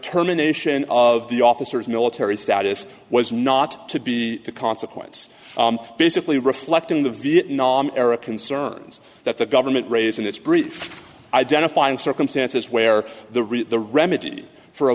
terminations of the officers military status was not to be the consequence basically reflecting the vietnam era concerns that the government raising its brief identifying circumstances where the real the remedy for a